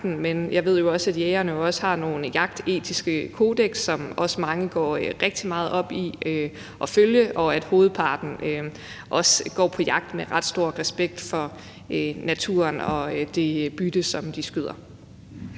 men jeg ved også, at jægerne har nogle jagtetiske kodeks, som mange af dem også går rigtig meget op i at følge, og at hovedparten går på jagt med ret stor respekt for naturen og det bytte, som de skyder.